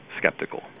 skeptical